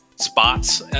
spots